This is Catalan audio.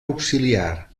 auxiliar